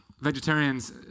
vegetarians